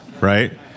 Right